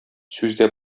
сүздә